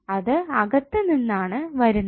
അത് അകത്തു നിന്നാണ് വരുന്നത്